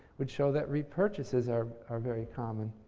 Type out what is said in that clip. which show that repurchases are are very common.